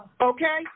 Okay